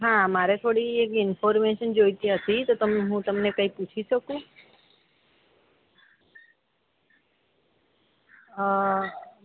હા મારે થોડી એક ઈન્ફોર્મેશન જોઈતી હતી તો હું તમને કંઈ પૂછી શકું